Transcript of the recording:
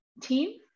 team